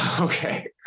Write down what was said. okay